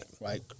right